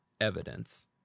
evidence